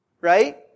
right